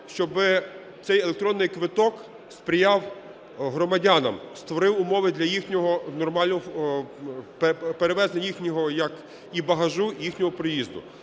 щоб цей електронний квиток сприяв громадянам, створив умови для перевезення їхнього як багажу, і їхнього проїзду.